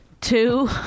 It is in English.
Two